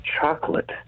chocolate